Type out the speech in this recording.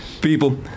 People